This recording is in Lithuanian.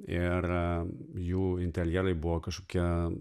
ir jų interjerai buvo kažkokie